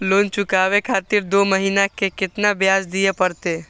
Loan चुकाबे खातिर दो महीना के केतना ब्याज दिये परतें?